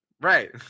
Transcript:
Right